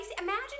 Imagine